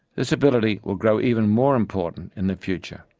this ability will grow even more important in the future.